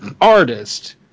artist